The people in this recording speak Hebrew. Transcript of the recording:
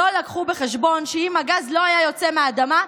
לא לקחו בחשבון שאם הגז לא היה יוצא מהאדמה,